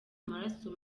amaraso